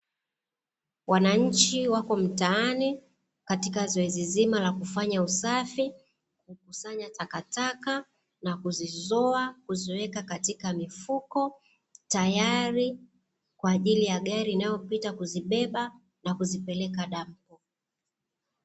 Wananchi wako mtaani katika zoezi zima la kufanya usafi, kukusanya takataka na kuzizoa, kuziweka katikati mifuko tayari kwaajili ya gari inayopita kuzibeba na kuzipeleka dampo.